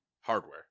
Hardware